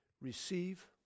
receive